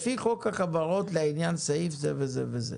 לפי חוק החברות, לעניין סעיף זה וזה וזה.